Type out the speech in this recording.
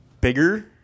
bigger